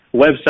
website